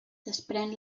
desprèn